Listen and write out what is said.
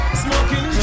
smoking